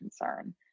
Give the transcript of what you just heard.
concern